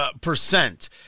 percent